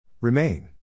Remain